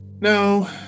No